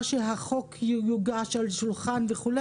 שהצעת החוק תוגש ותונח על שולחן הוועדה.